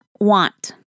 want